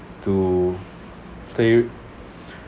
to stay